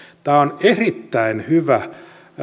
tämä on erittäin hyvä